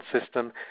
system